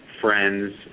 friends